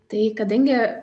tai kadangi